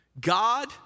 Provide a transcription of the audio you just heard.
God